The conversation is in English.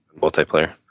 Multiplayer